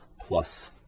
plus